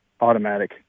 Automatic